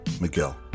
Miguel